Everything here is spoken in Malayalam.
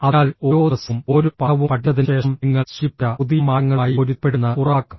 അതിനാൽ ഓരോ ദിവസവും ഓരോ പാഠവും പഠിച്ചതിനുശേഷം നിങ്ങൾ സൂചിപ്പിച്ച പുതിയ മാറ്റങ്ങളുമായി പൊരുത്തപ്പെടുമെന്ന് ഉറപ്പാക്കുക